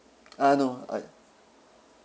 ah no uh